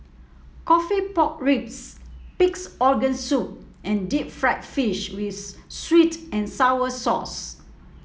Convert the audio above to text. coffee Pork Ribs Pig's Organ Soup and Deep Fried Fish with sweet and sour sauce